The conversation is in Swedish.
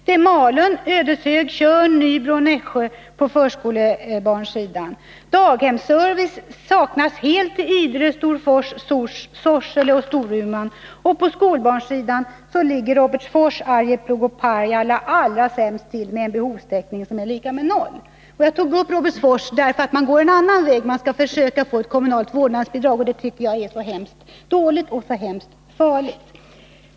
På förskolebarnsidan är det Malung, Ödeshög, Tjörn, Nybro och Nässjö. Daghemsservice saknas helt i Idre, Storfors, Sorsele och Storuman. Och på skolbarnssidan ligger Robertsfors, Arjeplog och Pajala allra sämst till med en behovstäckning som är lika med noll. Jag tog upp Robertsfors därför att man går en annan väg där och skall försöka att få kommunalt vårdnadsbidrag. Det tycker jag är väldigt dåligt och hemskt farligt.